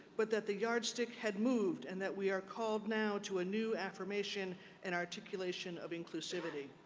but that the yardstick had moved and that we are called now to a new affirmation and articulation of inclusivity.